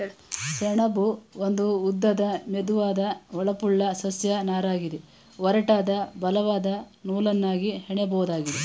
ಸೆಣಬು ಒಂದು ಉದ್ದದ ಮೆದುವಾದ ಹೊಳಪುಳ್ಳ ಸಸ್ಯ ನಾರಗಿದೆ ಒರಟಾದ ಬಲವಾದ ನೂಲನ್ನಾಗಿ ಹೆಣಿಬೋದಾಗಿದೆ